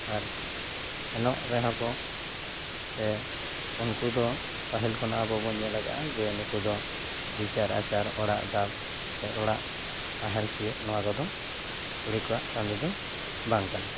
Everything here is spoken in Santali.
ᱟᱨ ᱥᱮᱱᱚᱜ ᱨᱮᱦᱚᱸ ᱠᱚ ᱥᱮ ᱩᱱᱠᱩ ᱫᱚ ᱯᱟᱹᱦᱤᱞ ᱠᱷᱚᱱᱟᱜ ᱟᱵᱚ ᱵᱚᱱ ᱧᱮᱞ ᱠᱟᱜᱼᱟ ᱡᱮ ᱱᱩᱠᱩ ᱫᱚ ᱵᱤᱪᱟᱨ ᱟᱪᱟᱨ ᱚᱲᱟᱜ ᱫᱟᱵ ᱥᱮ ᱚᱲᱟᱜ ᱱᱟᱦᱮᱞ ᱥᱤᱭᱚᱜ ᱱᱚᱣᱟ ᱠᱚᱫᱚ ᱠᱩᱲᱤ ᱠᱚᱣᱟᱜ ᱠᱟᱹᱢᱤ ᱫᱚ ᱵᱟᱝ ᱠᱟᱱᱟ